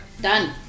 Done